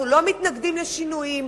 אנחנו לא מתנגדים לשינויים,